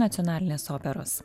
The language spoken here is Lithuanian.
nacionalinės operos